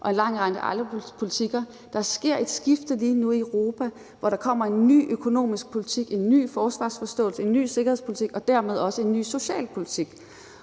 og en lang række andre politikker. Der sker lige nu et skifte i Europa, hvor der kommer en ny økonomisk politik, en ny forsvarsforståelse, en ny sikkerhedspolitik og dermed også en ny socialpolitik.